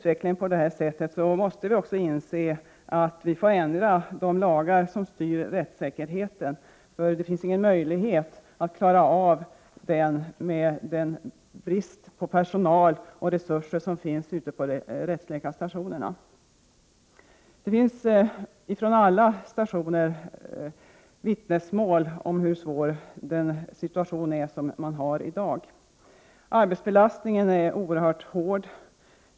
Vi måste inse att vi får ändra de lagar som styr rättssäkerheten, för det finns ingen möjlighet att klara av den med tanke på den personalbrist och resursbrist som råder ute på rättsläkarstationerna. Det finns vid alla stationer vittnesmål om hur svår situationen är i dag. Arbetsbelastningen är oerhört hård.